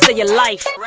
but your life rarr!